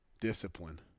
discipline